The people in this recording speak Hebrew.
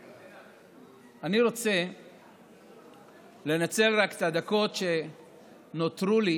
אני רוצה לנצל את הדקות שנותרו לי